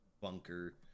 bunker